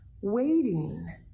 waiting